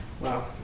Wow